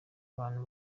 abantu